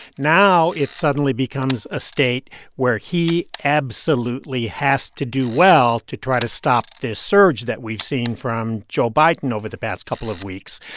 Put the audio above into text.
now it suddenly becomes a state where he absolutely has to do well to try to stop this surge that we've seen from joe biden over the past couple of weeks.